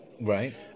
Right